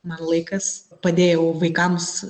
man laikas padėjau vaikams